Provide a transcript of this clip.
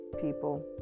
people